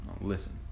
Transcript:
listen